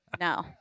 no